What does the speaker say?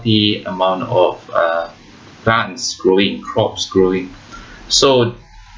amount of uh plants growing crops growing so